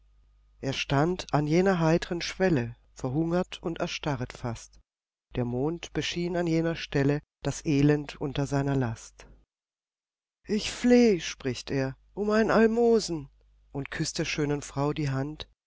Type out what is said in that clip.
er stand an jener heiter'n schwelle verhungert und erstarret fast der mond beschien an jener stelle das elend unter seiner last ich fleh spricht er um ein almosen und küßt der schönen frau die hand